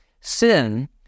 Sin